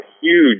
huge